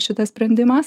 šitas sprendimas